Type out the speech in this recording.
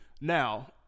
Now